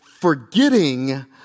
forgetting